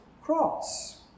cross